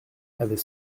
avait